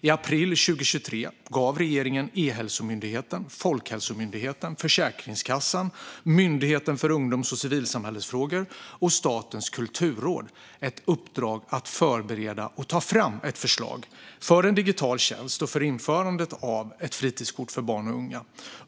I april 2023 gav regeringen Ehälsomyndigheten, Folkhälsomyndigheten, Försäkringskassan, Myndigheten för ungdoms och civilsamhällesfrågor och Statens kulturråd ett uppdrag att förbereda och ta fram ett förslag för en digital tjänst och för införandet av ett fritidskort för barn och unga.